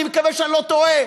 אני מקווה שאני לא טועה,